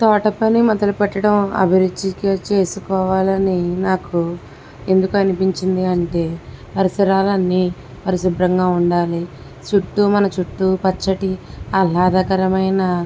తోటపని మొదలుపెట్టడం అభిరుచికి చేసుకోవాలని నాకు ఎందుకు అనిపించింది అంటే పరిసరాలన్నీ పరిశుభ్రంగా ఉండాలి చుట్టూ మన చుట్టూ పచ్చటి ఆహ్లాదకరమైన